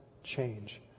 change